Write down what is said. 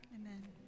Amen